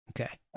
Okay